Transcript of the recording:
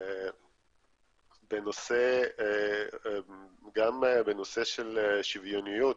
גם בנושא של שוויוניות